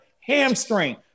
Hamstring